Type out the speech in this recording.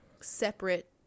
separate